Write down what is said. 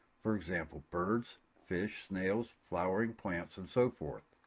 for example birds, fish, snails, flowering plants, and so forth.